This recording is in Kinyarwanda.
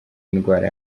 indwara